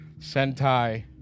Sentai